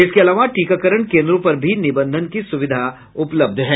इसके अलावा टीकाकरण केन्द्रों पर भी निबंधन की सुविधा उपलब्ध है